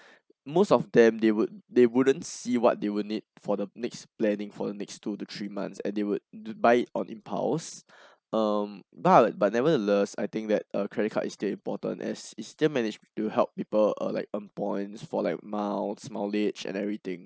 most of them they would they wouldn't see what they will need for the next planning for the next two to three months and they would buy it on impulse um but the but nevertheless I think that uh credit card is still important as is still managed to help people err like earn points for like miles mileage and everything